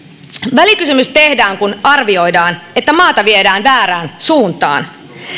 välikysymys tehdään kun arvioidaan että maata viedään väärään suuntaan